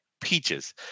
peaches